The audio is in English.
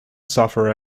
suffer